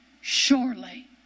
Surely